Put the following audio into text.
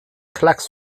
klacks